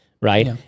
Right